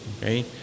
okay